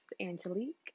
Angelique